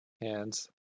hands